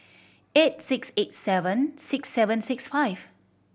eight six eight seven six seven six five